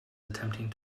attempting